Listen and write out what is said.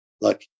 look